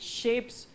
shapes